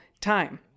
time